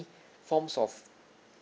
forms of